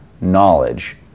knowledge